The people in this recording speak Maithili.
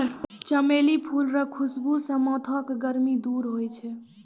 चमेली फूल रो खुशबू से माथो के गर्मी दूर होय छै